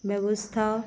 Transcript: ব্যবস্থা